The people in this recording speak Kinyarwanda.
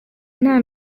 nta